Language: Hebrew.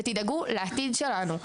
ותדאגו לעתיד שלנו.